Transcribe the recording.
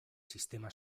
sistema